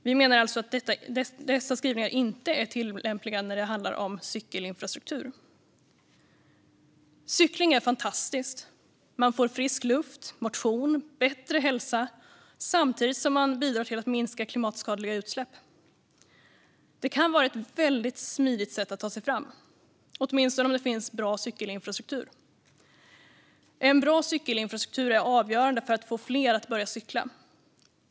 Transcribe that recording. Vi menar att dessa skrivningar inte är tillämpliga när det handlar om cykelinfrastruktur. Cykling är fantastiskt. Man får frisk luft, motion och bättre hälsa samtidigt som man bidrar till att minska klimatskadliga utsläpp. Det kan vara ett väldigt smidigt sätt att ta sig fram, åtminstone om det finns bra cykelinfrastruktur. En bra cykelinfrastruktur är avgörande för att få fler att börja cykla.